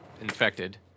infected